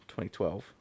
2012